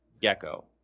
Gecko